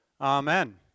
Amen